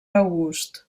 august